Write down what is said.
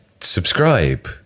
subscribe